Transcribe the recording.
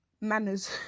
manners